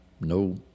no